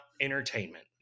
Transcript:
entertainment